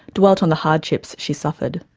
dwelt on the hardships she suffered.